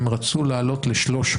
הם רצו לעלות ל-300.